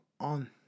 on